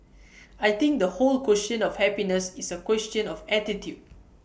I think the whole question of happiness is A question of attitude